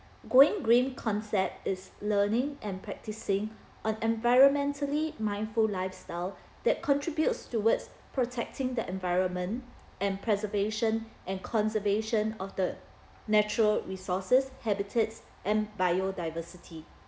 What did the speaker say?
going green concept is learning and practising on environmentally mindful lifestyle that contributes towards protecting the environment and preservation and conservation of the natural resources habitats and biodiversity